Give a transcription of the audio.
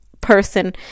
person